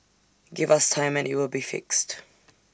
give us time and IT will be fixed